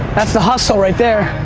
that's the hustle right there.